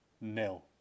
nil